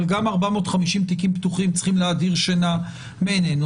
אבל גם 450 תיקים פתוחים צריכים להדיר שינה מעינינו.